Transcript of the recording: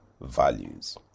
values